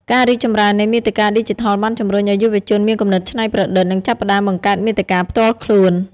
ការរីកចម្រើននៃមាតិកាឌីជីថលបានជំរុញឱ្យយុវជនមានគំនិតច្នៃប្រឌិត និងចាប់ផ្តើមបង្កើតមាតិកាផ្ទាល់ខ្លួន។